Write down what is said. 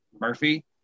Murphy